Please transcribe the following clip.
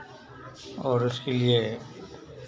और उसके लिए